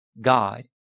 God